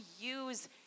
use